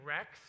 Rex